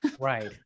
Right